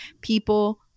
people